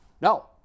No